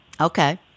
Okay